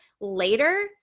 later